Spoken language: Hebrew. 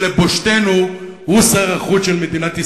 ולבושתנו הוא שר החוץ של מדינת ישראל.